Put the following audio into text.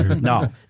No